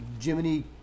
Jiminy